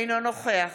אינו נוכח